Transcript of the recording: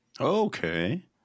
okay